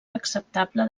acceptable